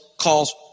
calls